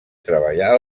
treballar